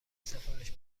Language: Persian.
سفارش